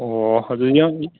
ꯑꯣ ꯑꯗꯨ